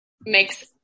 makes